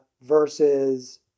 versus